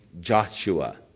Joshua